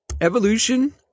evolution